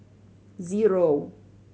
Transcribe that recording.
zero